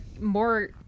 more